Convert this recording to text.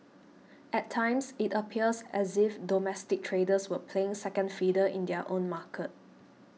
at times it appears as if domestic traders were playing second fiddle in their own market